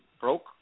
broke